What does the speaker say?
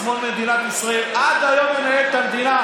השמאל במדינת ישראל עד היום מנהל את המדינה,